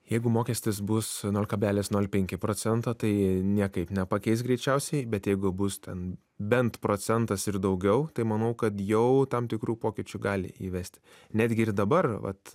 jeigu mokestis bus nol kablelis nol penki procento tai niekaip nepakeis greičiausiai bet jeigu bus ten bent procentas ir daugiau tai manau kad jau tam tikrų pokyčių gali įvesti netgi ir dabar vat